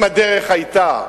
אם הדרך היתה,